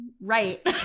Right